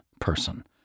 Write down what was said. person